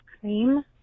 cream